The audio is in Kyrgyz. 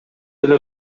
эле